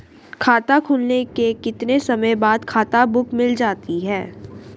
खाता खुलने के कितने समय बाद खाता बुक मिल जाती है?